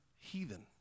heathen